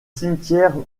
cimetière